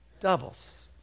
Doubles